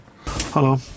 hello